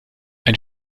ein